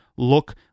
look